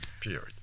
Period